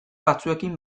batzuekin